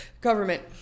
government